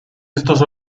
estos